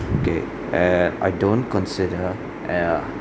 okay !ee! I don't consider !aiya!